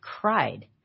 cried